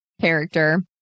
character